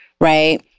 right